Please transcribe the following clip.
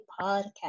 podcast